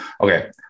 Okay